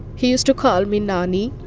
he used to call me nani.